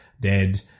dead